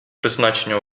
призначення